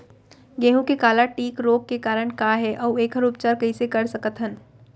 गेहूँ के काला टिक रोग के कारण का हे अऊ एखर उपचार कइसे कर सकत हन?